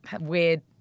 weird